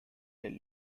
tell